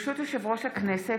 ברשות יושב-ראש הכנסת,